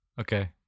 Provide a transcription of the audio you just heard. Okay